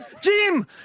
Jim